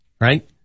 right